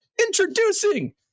introducing